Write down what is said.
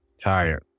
tired